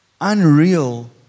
unreal